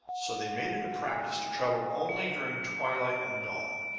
so they made it practice to travel only during twilight and dawn,